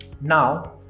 Now